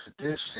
tradition